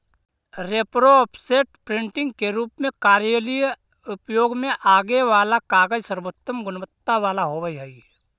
repro, offset, printing के रूप में कार्यालयीय प्रयोग में आगे वाला कागज सर्वोत्तम गुणवत्ता वाला होवऽ हई